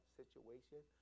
situation